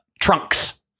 trunks